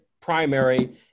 primary